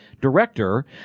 director